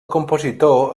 compositor